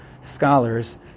scholars